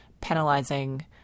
penalizing